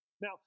Now